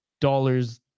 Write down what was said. dollars